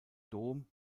dom